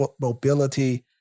mobility